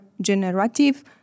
Generative